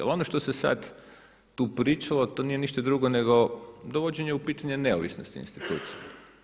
Jer ono što se sad tu pričalo to nije ništa drugo nego dovođenje u pitanje neovisnosti institucija.